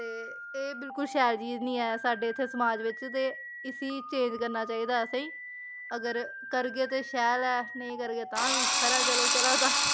ते एह् बिलकुल शैल चीज नी ऐ साड्ढे इत्थै समाज बिच्च ते इसी चेंज करना चाहिदा असेंई अगर करगे ते शैल ऐ नेईं करगे तां बी खरा चलो चला दा